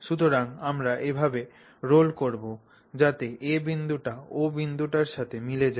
সুতরাং আমরা এভাবে রোল করব যাতে A বিন্দুটি O বিন্দুটির সাথে মিলে যায়